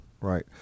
right